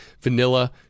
vanilla